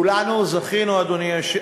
כולנו זכינו בכנס היום,